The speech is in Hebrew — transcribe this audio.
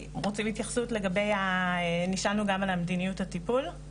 אם רוצים התייחסות לגבי מדיניות הטיפול,